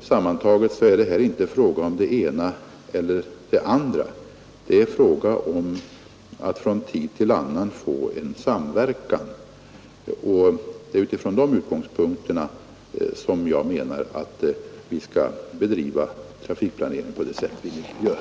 sammantaget inte fråga om det ena eller det andra — det är fråga om att från tid till annan få till stånd en samverkan. Det är utifrån dessa utgångspunkter jag menar att vi skall bedriva trafikplaneringen på det sätt som vi nu gör.